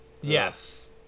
Yes